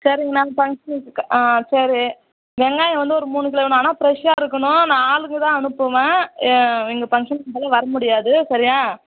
சரிங்கண்ணா ஃபங்க்ஷன் வச்சுருக்கேன் ஆ சரி வெங்காயம் வந்து ஒரு மூணு கிலோ வேணும் ஆனால் ஃப்ரெஷ்ஷாக இருக்கணும் நான் ஆளுங்கள் தான் அனுப்புவேன் ஏன் எங்கள் ஃபங்க்ஷன் இருக்கிறதுனால வர முடியாது சரியா